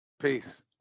Peace